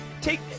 Take